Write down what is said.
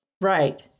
Right